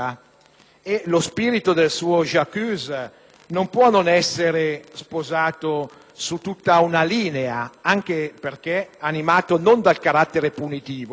e lo spirito del suo "*j'accuse*" non può non essere sposato su tutta la linea, anche perché animato, non dal carattere punitivo,